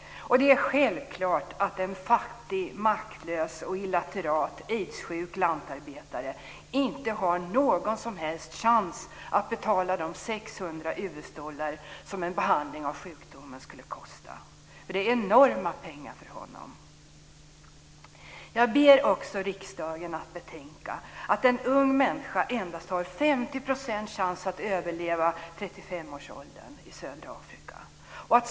Det är självklart att en fattig, maktlös och illitterat aidssjuk lantarbetare inte har någon som helst chans att betala de 600 US-dollar som en behandling av sjukdomen skulle kosta. Det är enorma pengar för honom. Jag ber också riksdagen att betänka att en ung människa i södra Afrika endast har 50 % att överleva 35 års ålder.